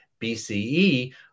BCE